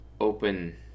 open